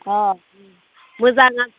अ मोजां